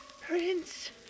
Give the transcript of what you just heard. Prince